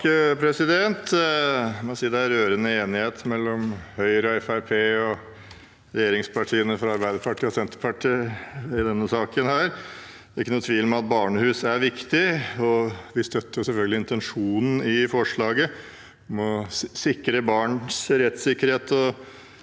Jeg må si det er rørende enighet mellom Høyre og Fremskrittspartiet og regjeringspartiene Arbeiderpartiet og Senterpartiet i denne saken. Det er ingen tvil om at barnehus er viktig, og vi støtter selvfølgelig intensjonen i forslaget om å sikre barns rettssikkerhet